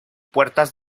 puertas